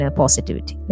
positivity